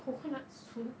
coconut soon